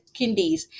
kindies